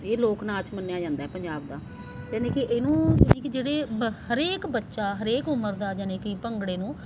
ਇਹ ਲੋਕ ਨਾਚ ਮੰਨਿਆ ਜਾਂਦਾ ਪੰਜਾਬ ਦਾ ਯਾਨੀ ਕਿ ਇਹਨੂੰ ਯਾਨੀ ਕਿ ਜਿਹੜੇ ਬ ਹਰੇਕ ਬੱਚਾ ਹਰੇਕ ਉਮਰ ਦਾ ਯਾਨੀ ਕਿ ਭੰਗੜੇ ਨੂੰ